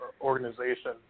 organization